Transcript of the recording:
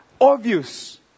obvious